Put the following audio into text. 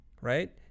right